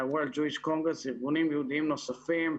ה- World Jewish Congress וארגונים יהודיים נוספים,